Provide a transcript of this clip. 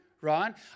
right